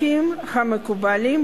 בשם שר המשפטים.